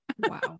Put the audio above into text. Wow